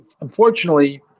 unfortunately